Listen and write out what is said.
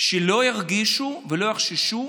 שלא ירגישו ולא יחששו